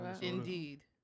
Indeed